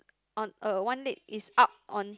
on a one leg is up on